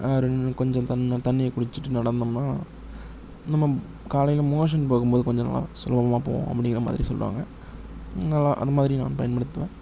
ரெண் கொஞ்சம் தண்ணு தண்ணியை குடிச்சுட்டு நடந்தம்னால் நம்ம காலையில் மோஷன் போகும்போது கொஞ்சம் நல்லா சுலபமாக போகும் அப்படிங்கிற மாதிரி சொல்வாங்க நானெல்லா அது மாதிரி நான் பயன்படுத்துவேன்